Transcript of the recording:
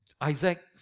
Isaac